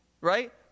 Right